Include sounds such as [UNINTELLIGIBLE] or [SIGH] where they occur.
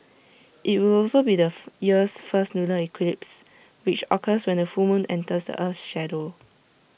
IT will also be the [UNINTELLIGIBLE] year's first lunar eclipse which occurs when A full moon enters the Earth's shadow